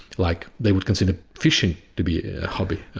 like they would consider fishing to be a hobby.